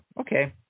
okay